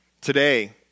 Today